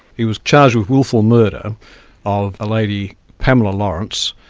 he was charged with wilful murder of a lady, pamela lawrence,